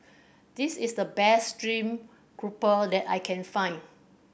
this is the best stream grouper that I can find